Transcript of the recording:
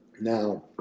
Now